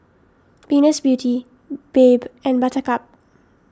Venus Beauty Bebe and Buttercup